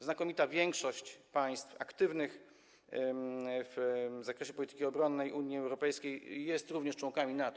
Znakomita większość państw aktywnych w zakresie polityki obronnej Unii Europejskiej jest również członkiem NATO.